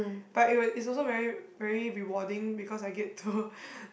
but it will it's also very very rewarding because I get to